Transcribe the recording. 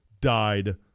died